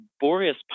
Boreas